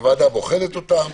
הוועדה בוחנת אותם,